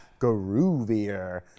groovier